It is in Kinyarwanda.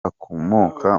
akomoka